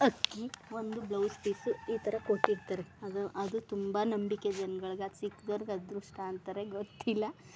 ಅಕ್ಕಿ ಒಂದು blouse piece ಈ ತರ ಕೊಟ್ಟಿರ್ತಾರೆ ಅದು ಅದು ತುಂಬ ನಂಬಿಕೆ ಜನಗಳ್ಗೆ ಅದು ಸಿಕ್ದೋರ್ಗೆ ಅದೃಷ್ಟ ಅಂತಾರೆ ಗೊತ್ತಿಲ್ಲ